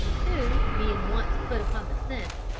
who being once put upon the scent,